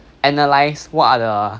analyze what are the